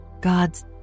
God's